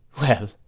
Well